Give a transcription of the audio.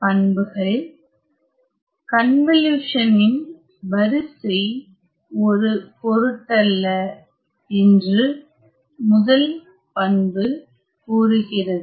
பண்புகள் கன்வலியுசன்இன் வரிசை ஒரு பொருட்டல்ல என்று முதல் பண்பு கூறுகிறது